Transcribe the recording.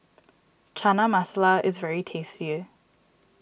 Chana Masala is very tasty